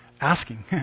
asking